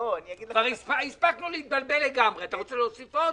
כבר הספקנו להתבלבל לגמרי, אתה רוצה להוסיף עוד?